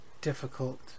difficult